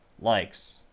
likes